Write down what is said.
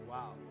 Wow